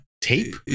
Tape